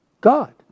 God